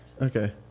Okay